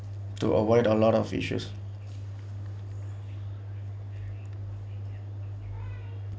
to avoid a lot of issues